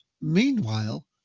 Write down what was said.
meanwhile